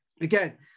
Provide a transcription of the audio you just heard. again